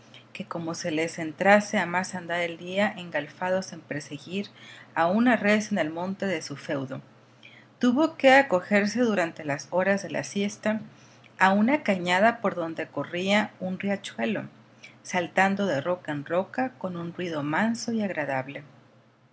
que como se les entrase a más andar el día engalfados en perseguir a una res en el monte de su feudo tuvo que acogerse durante las horas de la siesta a una cañada por donde corría un riachuelo saltando de roca en roca con un ruido manso y agradable